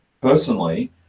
Personally